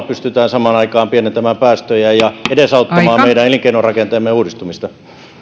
pystytään samaan aikaan pienentämään päästöjä ja edesauttamaan meidän elinkeinorakenteemme uudistumista